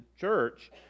church